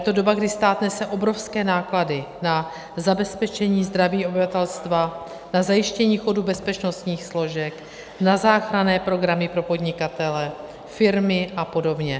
A je to doba, kdy stát nese obrovské náklady na zabezpečení zdraví obyvatelstva, na zajištění chodu bezpečnostních složek, na záchranné programy pro podnikatele, firmy a podobně.